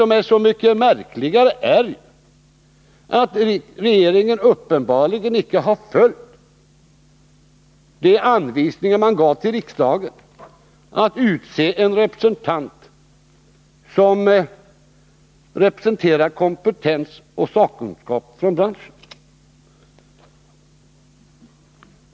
Men så mycket märkligare är ju att regeringen uppenbarligen icke har följt de anvisningar man fick av riksdagen att utse en representant som företräder kompetens och sakkunskap inom branschen.